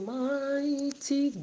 mighty